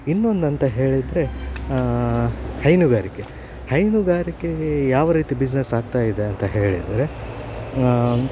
ಇನ್ನೊಂದು ಅಂತ ಹೇಳಿದರೆ ಹೈನುಗಾರಿಕೆ ಹೈನುಗಾರಿಕೆ ಯಾವ ರೀತಿ ಬಿಸ್ನೆಸ್ ಆಗ್ತ ಇದೆ ಅಂತ ಹೇಳಿದರೆ